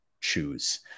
choose